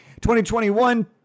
2021